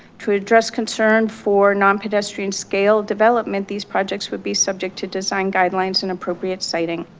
to address concern for non pedestrian scale development, these projects would be subject to design guidelines and appropriate citing.